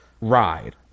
ride